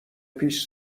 پیش